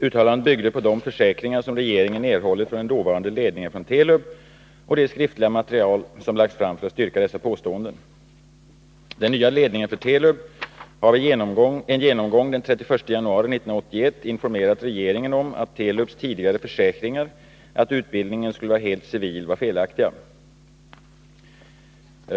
Uttalandet byggde på de försäkringar regeringen erhållit från den dåvarande ledningen för Telub och det skriftliga material som lagts fram att styrka dessa påståenden. Den nya ledningen för Telub har vid en genomgång den 31 januari 1981 informerat regeringen om att Telubs tidigare försäkringar att utbildningen skulle vara helt civil var felaktiga.